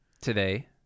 today